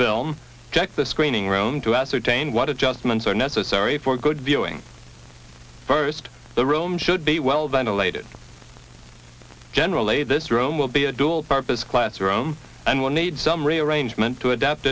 film check the screening room to ascertain what adjustments are necessary for good viewing first the room should be well ventilated general a this room will be a dual purpose classroom and will need some rearrangement to adapt